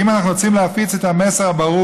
אם אנחנו רוצים להפיץ את המסר הברור